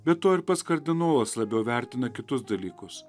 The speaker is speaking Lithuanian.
be to ir pats kardinolas labiau vertina kitus dalykus